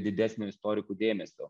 didesnio istorikų dėmesio